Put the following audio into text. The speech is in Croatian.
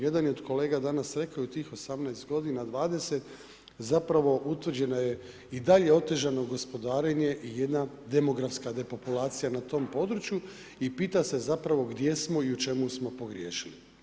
Jedan je od kolega danas rekao, u tih 18 godina 20 zapravo utvrđeno je i dalje otežano gospodarenje, jedna demografska depopulacija na tom području i pitam se zapravo gdje smo i u čemu smo pogriješili.